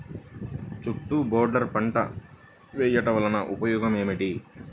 చుట్టూ బోర్డర్ పంట వేయుట వలన ఉపయోగం ఏమిటి?